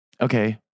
Okay